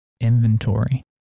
inventory